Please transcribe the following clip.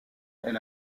elle